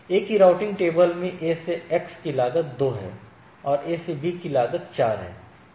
A की routing table में A से X की लागत 2 है और A से B की लागत 4 है